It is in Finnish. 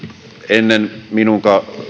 ennen minun